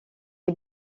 est